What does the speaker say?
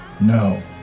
No